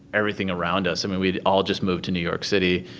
everything around us. i mean, we'd all just moved to new york city,